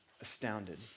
astounded